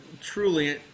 truly